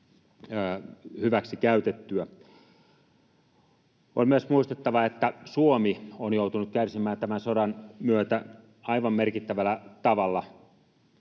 On myös muistettava, että Suomi on joutunut kärsimään tämän sodan myötä aivan merkittävällä tavalla